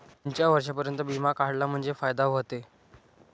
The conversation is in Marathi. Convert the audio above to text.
कोनच्या वर्षापर्यंत बिमा काढला म्हंजे फायदा व्हते?